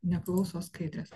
neklauso skaidrės